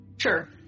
Sure